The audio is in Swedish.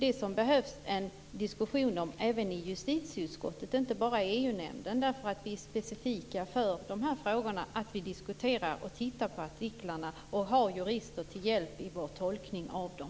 Det behövs en diskussion om detta även i justitieutskottet, inte bara i EU-nämnden, därför att det specifika för de här frågorna är att vi diskuterar, tittar på artiklarna och har jurister till hjälp i vår tolkning av dem.